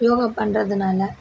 யோகா பண்ணுறதுனால